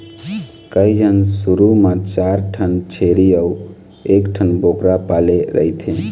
कइझन शुरू म चार ठन छेरी अउ एकठन बोकरा पाले रहिथे